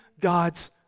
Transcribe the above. God's